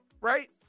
right